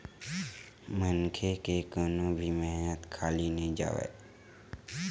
मनखे के कोनो भी मेहनत खाली नइ जावय